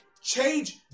change